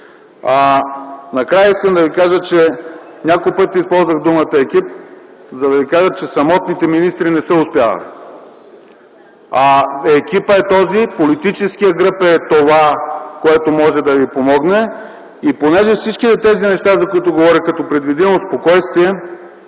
Накрая искам да спомена, че няколко пъти използвах думата „екип”, за да Ви кажа, че самотните министри не са успявали. Екипът е този политическият гръб, той е онова, което може да Ви помогне. Всичките тези неща, за които говорих – предвидимост, спокойствие